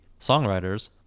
songwriters